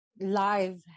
live